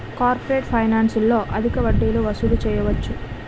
corporate ఫైనాన్స్లో అధిక వడ్డీలు వసూలు చేయవచ్చు